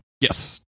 Yes